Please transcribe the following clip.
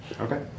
Okay